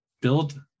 build